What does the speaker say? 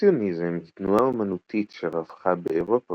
אימפרסיוניזם היא תנועה אמנותית שרווחה באירופה,